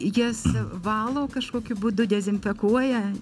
jas valo kažkokiu būdu dezinfekuoja